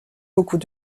beaucoup